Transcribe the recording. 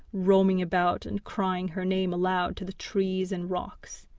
roaming about and crying her name aloud to the trees and rocks.